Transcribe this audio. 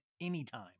anytime